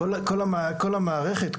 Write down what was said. המערכת,